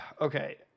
Okay